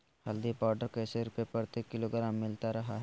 हल्दी पाउडर कैसे रुपए प्रति किलोग्राम मिलता रहा है?